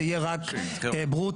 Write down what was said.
זה יהיה רק ברוטו.